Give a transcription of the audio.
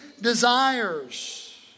desires